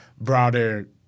broader